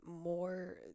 more